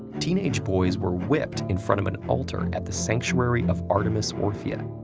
teenage boys were whipped in front of an altar at the sanctuary of artemis orthia.